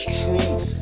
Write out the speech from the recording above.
truth